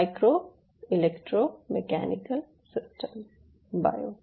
micro electromechanical system bio